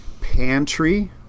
pantry